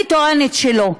אני טוענת שלא,